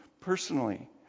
personally